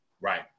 Right